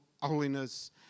holiness